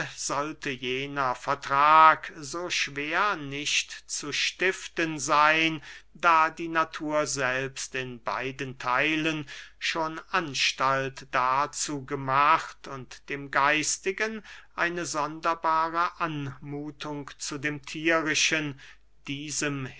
sollte jener vertrag so schwer nicht zu stiften seyn da die natur selbst in beiden theilen schon anstalt dazu gemacht und dem geistigen eine sonderbare anmuthung zu dem thierischen diesem